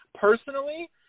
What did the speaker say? Personally